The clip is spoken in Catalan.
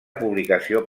publicació